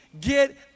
get